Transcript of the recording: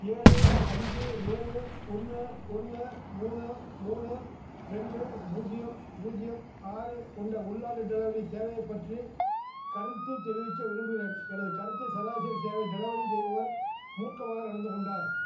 ஏழு அஞ்சு ஏழு ஒன்று ஒன்று மூணு மூணு ரெண்டு பூஜ்ஜியம் பூஜ்ஜியம் ஆறு கொண்ட உள்நாட்டு டெலவரி சேவையைப் பற்றி கருத்து தெரிவிக்க விரும்புகிறேன் எனது கருத்து சராசரி சேவை டெலவரி செய்பவர் மூர்க்கமாக நடந்து கொண்டார்